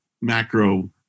macro